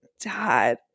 dad